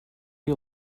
you